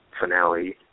finale